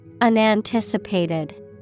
Unanticipated